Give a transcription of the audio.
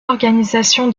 organisation